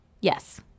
Yes